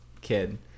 kid